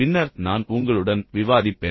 பின்னர் நான் உங்களுடன் விவாதிப்பேன்